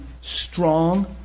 strong